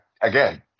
again